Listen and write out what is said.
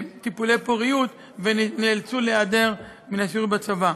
בטיפולי פוריות ונאלצו להיעדר מהשירות בצבא.